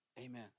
Amen